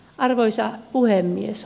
arvoisa puhemies